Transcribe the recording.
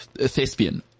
thespian